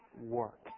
work